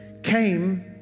came